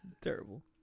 Terrible